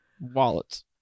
wallets